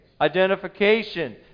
Identification